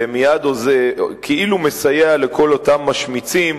זה כאילו מסייע לכל אותם משמיצים